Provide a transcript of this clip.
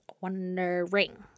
wondering